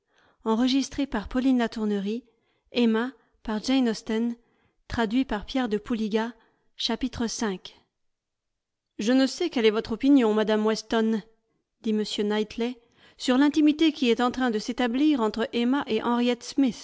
elton je ne sais quelle est votre opinion mme weston dit m knightley sur l'intimité qui est en train de s'établir entre emma et